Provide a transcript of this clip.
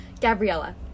Gabriella